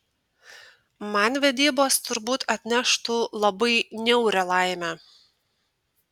man vedybos turbūt atneštų labai niaurią laimę